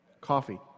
Coffee